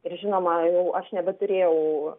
ir žinoma jau aš nebeturėjau